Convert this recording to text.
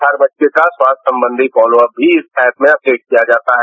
हर बच्चे का स्वास्थ्य संबंधी फोलोअप भी इस एप में अपडेट किया जाता है